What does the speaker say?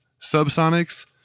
Subsonics